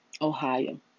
Ohio